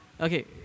Okay